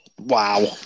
Wow